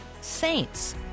Saints